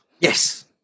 Yes